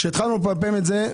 כשהתחלנו לפמפם את זה,